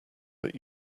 that